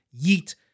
Yeet